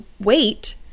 wait